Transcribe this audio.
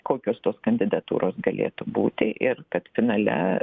kokios tos kandidatūros galėtų būti ir kad finale